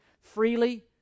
freely